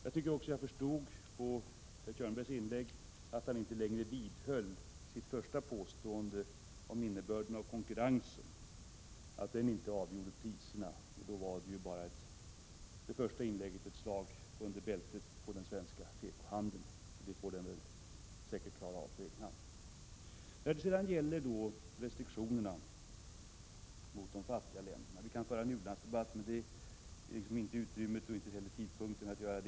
Jag förstod också av herr Kjörnsbergs inlägg att han inte längre vidhöll sitt första påstående om innebörden av konkurrensen, dvs. att den inte avgjorde priserna. Då var det första inlägget bara ett slag under bältet på den svenska tekohandeln. Det kan den säkert själv bemöta. Det finns inte utrymme för och är inte heller rätt tidpunkt att här föra en allmän u-landsdebatt.